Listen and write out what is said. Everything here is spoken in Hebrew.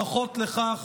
ברכות לך,